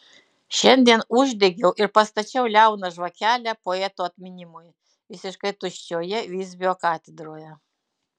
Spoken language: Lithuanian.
šiandien uždegiau ir pastačiau liauną žvakelę poeto atminimui visiškai tuščioje visbio katedroje